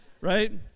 Right